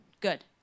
Good